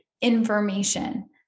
information